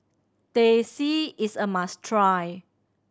Teh C is a must try